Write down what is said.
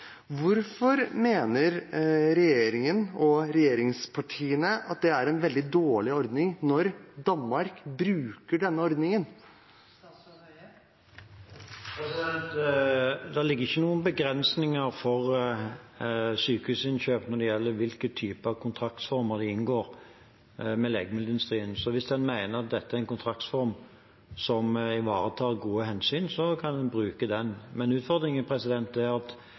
Hvorfor mener regjeringen og regjeringspartiene at det er en veldig dårlig ordning når Danmark bruker denne ordningen? Det ligger ikke noen begrensninger for sykehusinnkjøp når det gjelder hvilke typer kontraktsformer vi inngår med legemiddelindustrien. Så hvis en mener at dette er en kontraktsform som ivaretar gode hensyn, kan en bruke den. Men utfordringen er at